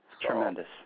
Tremendous